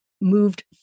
moved